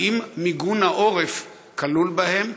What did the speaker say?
האם מיגון העורף כלול בהם?